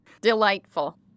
Delightful